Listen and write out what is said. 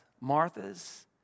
marthas